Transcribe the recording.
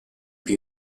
più